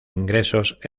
ingresos